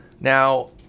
now